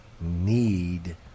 need